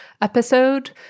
episode